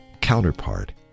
counterpart